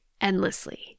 endlessly